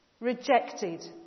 Rejected